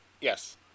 Yes